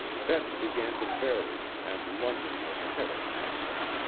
bets began to vary and london was ahead of nassau.